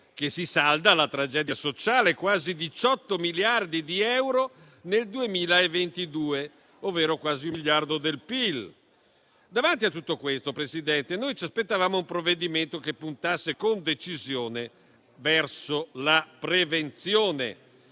che si salda alla tragedia sociale: quasi 18 miliardi di euro nel 2022, ovvero quasi un miliardo del PIL. Davanti a tutto questo, Presidente, noi ci aspettavamo un provvedimento che puntasse con decisione verso la prevenzione.